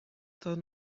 تان